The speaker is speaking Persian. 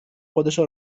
خودشو